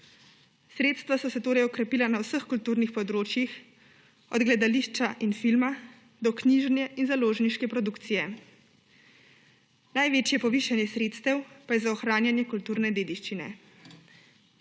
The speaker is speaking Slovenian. Sredstva so se torej okrepila na vseh kulturnih področjih, od gledališča in filma do knjižne in založniške produkcije. Največje povišanje sredstev pa je za ohranjanje kulturne dediščine.